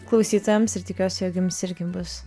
klausytojams ir tikiuosi jog jums irgi bus